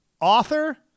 author